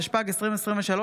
התשפ"ג 2023,